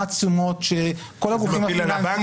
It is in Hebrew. מה התשומות שכל הגופים הפיננסיים --- זה מפיל על הבנקים?